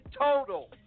total